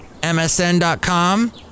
msn.com